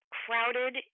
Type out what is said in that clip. crowded